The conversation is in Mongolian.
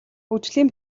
хөгжлийн